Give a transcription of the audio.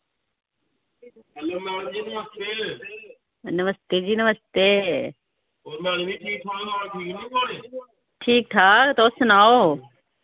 नमस्ते जी नमस्ते ठीक ठाक तुस सनाओ